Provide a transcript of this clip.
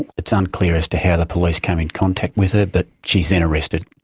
it's unclear as to how the police came in contact with her but she is then arrested.